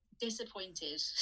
disappointed